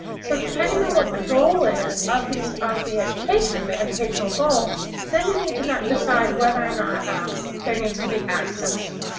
so depending on what the goal is of the and of the education the educational goal then you need to decide whether or not there needs to be access.